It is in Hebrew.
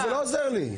לא, זה לא עוזר לי.